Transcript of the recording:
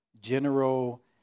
General